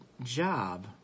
job